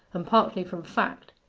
and partly from fact,